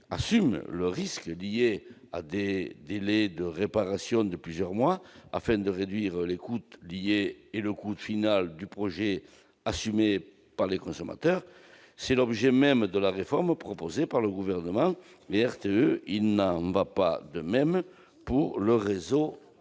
assume le risque représenté par des délais de réparation de plusieurs mois, afin de réduire les coûts liés et le coût final du projet supporté par les consommateurs- c'est l'objet même de la réforme proposée par le Gouvernement et RTE -, il n'en va pas de même pour le réseau